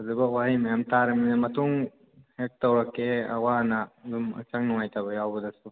ꯐꯖꯕ ꯋꯥꯍꯩ ꯃꯌꯥꯝ ꯇꯥꯔꯕꯅꯤꯅ ꯃꯇꯨꯡ ꯍꯦꯛ ꯇꯧꯔꯛꯀꯦ ꯑꯋꯥ ꯑꯅꯥ ꯑꯗꯨꯝ ꯍꯛꯆꯥꯡ ꯅꯨꯡꯉꯥꯏꯇꯕ ꯌꯥꯎꯕꯗꯁꯨ